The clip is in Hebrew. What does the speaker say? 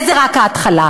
וזה רק ההתחלה.